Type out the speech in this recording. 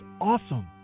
awesome